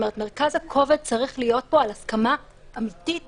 מרכז הכובד צריך להיות פה על הסכמה אמיתית